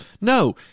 No